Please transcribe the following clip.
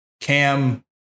Cam